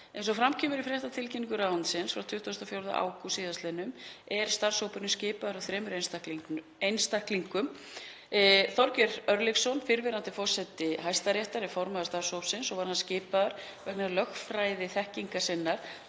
Eins og fram kom í fréttatilkynningu ráðuneytisins frá 24. ágúst í fyrra er starfshópurinn skipaður þremur einstaklingum. Þorgeir Örlygsson, fyrrverandi forseti Hæstaréttar, er formaður starfshópsins og var hann skipaður vegna lögfræðiþekkingar sinnar,